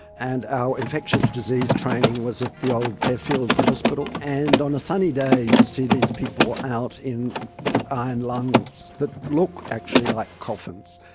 and our infectious disease training was at the old fairfield hospital. and on a sunny day you'd see these people out in iron lungs that look actually like coffins,